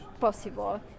possible